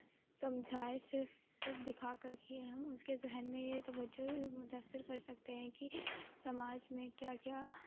سمجھائے صرف صرف دکھا کر کے ہم اس کے ذہن میں یہ توجہ متأثر کر سکتے ہیں کہ سماج میں کیا کیا